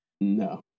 No